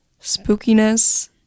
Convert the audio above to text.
spookiness